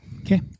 Okay